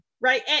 right